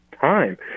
time